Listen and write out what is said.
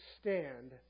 stand